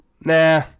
nah